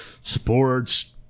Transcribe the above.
sports